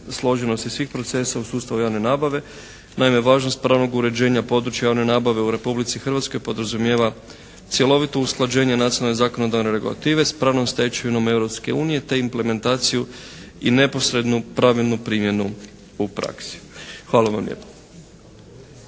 Hvala vam lijepo.